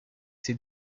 ses